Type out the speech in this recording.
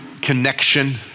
connection